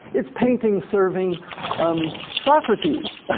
it's painting serving um socrates.